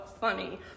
funny